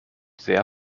sehr